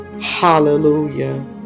hallelujah